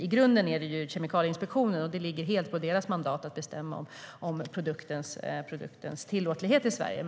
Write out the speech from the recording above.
I grunden ingår det ju i Kemikalieinspektionens mandat att bestämma om produktens tillåtlighet i Sverige.